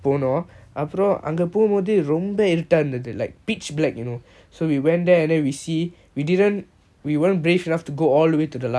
where is the place exactly